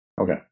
Okay